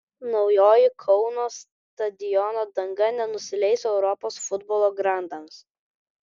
naujoji kauno stadiono danga nenusileis europos futbolo grandams